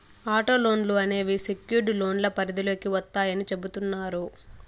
auto లోన్లు అనేవి secured లోన్ల పరిధిలోకి వత్తాయని చెబుతున్నారు